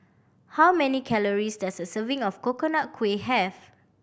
how many calories does a serving of Coconut Kuih have